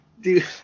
Dude